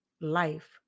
life